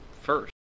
first